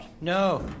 No